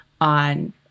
on